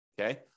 Okay